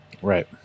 Right